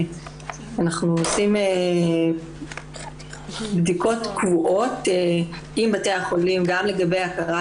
אנחנו עושים בדיקות קבועות עם בתי החולים גם לגבי הכרת